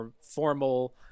formal